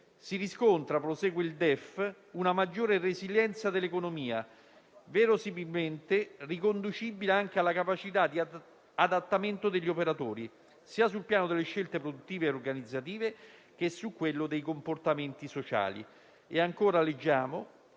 Si riscontra - prosegue il DEF - una maggiore resilienza dell'economia, verosimilmente riconducibile anche alla capacità di adattamento degli operatori sul piano sia delle scelte produttive e organizzative, che dei comportamenti sociali.